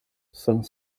cinq